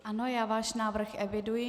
Ano, já váš návrh eviduji.